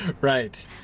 Right